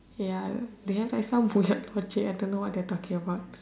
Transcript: ya they have like some I don't know what they're talking about